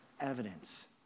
evidence